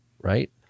right